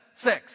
Six